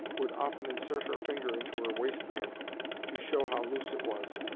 would often insert her finger into her waistband to show how loose it was,